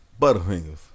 Butterfingers